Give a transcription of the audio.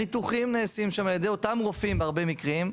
הניתוחים נעשים שם על ידי אותם רופאים בהרבה מקרים,